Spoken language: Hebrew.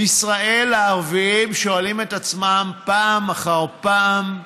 ישראל הערבים שואלים את עצמם פעם אחר פעם: